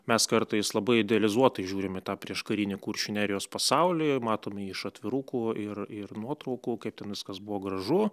mes kartais labai idealizuotai žiūrim į tą prieškarinį kuršių nerijos pasaulį matom jį iš atvirukų ir ir nuotraukų kaip ten viskas buvo gražu